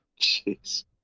Jeez